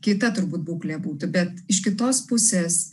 kita turbūt būklė būtų bet iš kitos pusės